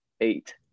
Eight